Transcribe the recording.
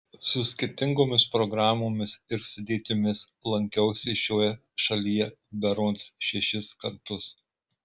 su skirtingomis programomis ir sudėtimis lankiausi šioje šalyje berods šešis kartus